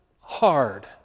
hard